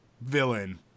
villain